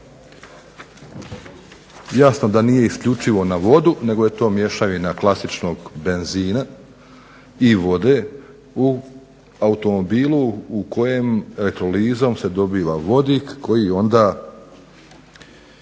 Jasno da nije isključivo na vodu nego je to mješavina klasičnog benzina i vode, u automobilu u kojem elektrolizom se dobiva vodik koji služi